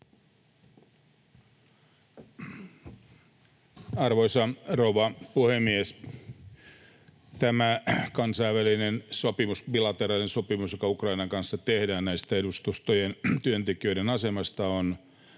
Arvoisa rouva puhemies! Tämä kansainvälinen sopimus, bilateraalinen sopimus, joka Ukrainan kanssa tehdään edustustojen työntekijöiden asemasta, on